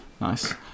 Nice